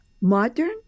modern